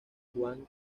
juan